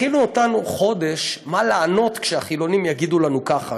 הכינו אותנו חודש מה לענות כשהחילונים יגידו לנו ככה.